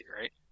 right